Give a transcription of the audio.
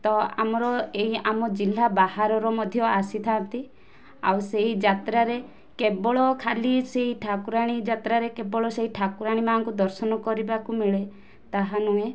ତ ଆମର ଏଇ ଜିଲ୍ଲା ବାହାରର ମଧ୍ୟ ଆସିଥାଆନ୍ତି ଆଉ ସେହି ଯାତ୍ରାରେ କେବଳ ଖାଲି ସେହି ଠାକୁରାଣୀ ଯାତ୍ରାରେ କେବଳ ସେହି ଠାକୁରାଣୀ ମା'ଙ୍କୁ ଦର୍ଶନ କରିବାକୁ ମିଳେ ତାହା ନୁହେଁ